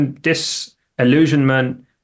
disillusionment